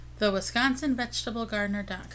thewisconsinvegetablegardener.com